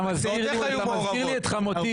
אתה מזכיר לי את חמותי.